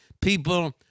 People